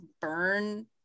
burn